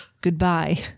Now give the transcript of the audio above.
Goodbye